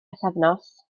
pythefnos